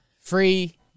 Free